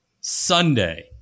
Sunday